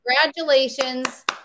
congratulations